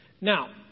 Now